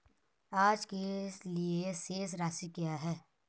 आज के लिए शेष राशि क्या है?